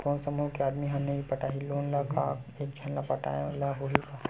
कोन समूह के आदमी हा नई पटाही लोन ला का एक झन ला पटाय ला होही का?